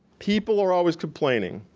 people are always complaining,